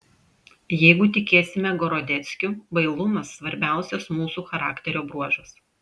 jeigu tikėsime gorodeckiu bailumas svarbiausias mūsų charakterio bruožas